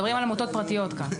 מדברים על עמותות פרטיות כאן.